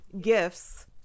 gifts